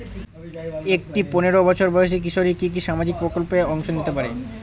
একটি পোনেরো বছর বয়সি কিশোরী কি কি সামাজিক প্রকল্পে অংশ নিতে পারে?